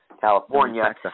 California